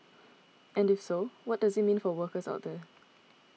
and if so what does it mean for workers out there